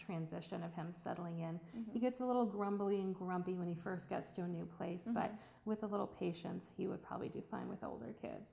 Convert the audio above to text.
transition of him subtly and he gets a little grumbling grumpy when he first got stone new clay somebody with a little patience he would probably do fine with older kids